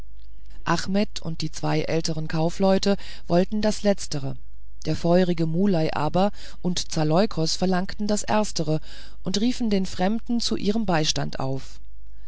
achmet und die zwei ältern kaufleute wollten das letztere der feurige muley aber und zaleukos verlangten das erstere und riefen den fremden zu ihrem beistand auf